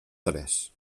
tres